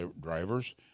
drivers